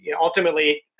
ultimately